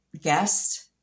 guest